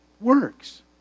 works